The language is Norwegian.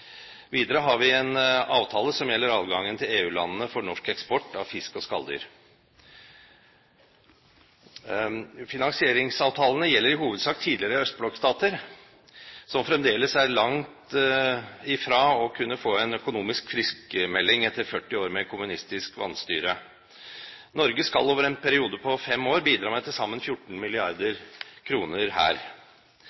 Videre har vi en avtale som gjelder adgangen til EU-landene for norsk eksport av fisk og skalldyr. Finansieringsavtalene gjelder i hovedsak tidligere østblokkstater som fremdeles er langt fra å kunne få en økonomisk friskmelding etter 40 år med kommunistisk vanstyre. Norge skal over en periode på fem år bidra med til sammen 14